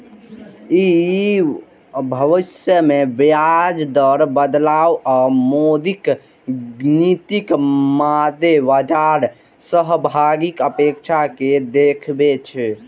ई भविष्य मे ब्याज दर बदलाव आ मौद्रिक नीतिक मादे बाजार सहभागीक अपेक्षा कें देखबै छै